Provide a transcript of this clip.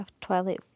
Twilight